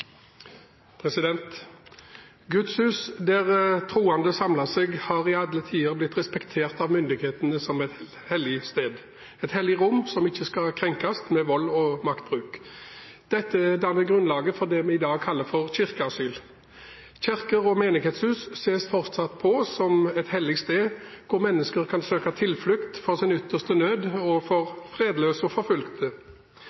Gudshus der troende samler seg, har i alle tider blitt respektert av myndighetene som et hellig sted – et hellig rom som ikke skal krenkes med vold og maktbruk. Dette danner grunnlaget for det vi i dag kaller for kirkeasyl. Kirker og menighetshus ses fortsatt på som et hellig sted hvor mennesker kan søke tilflukt i sin ytterste nød, og gi rom for fredløse og